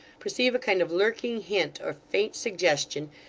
perceive a kind of lurking hint or faint suggestion,